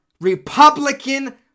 Republican